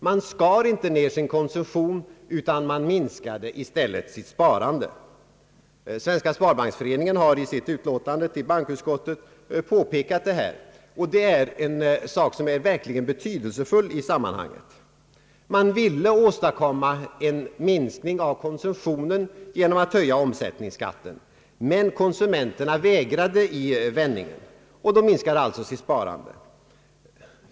De skar inte ned sin konsumtion, utan de minskade i stället sitt sparande. Svenska sparbanksföreningen har i sitt utlåtande till bankoutskottet påpekat detta. Man ville åstadkomma en minskning av konsumtionen genom att höja omsättningsskatten, men konsumenterna vägrade i vändningen. De minskade alltså sitt sparande.